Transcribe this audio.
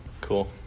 Cool